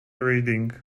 reading